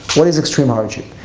what is extreme hardship?